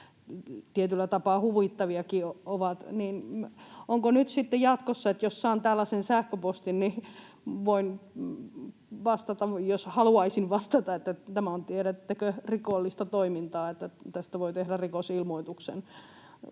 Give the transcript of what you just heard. tietyllä tapaa huvittaviakin. Onko nyt sitten jatkossa niin, että jos saan tällaisen sähköpostin, niin voin vastata, jos haluaisin vastata, että tämä on, tiedättekö, rikollista toimintaa, että tästä voi tehdä rikosilmoituksen?